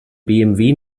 bmw